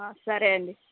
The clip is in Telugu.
సరే అండి